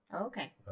Okay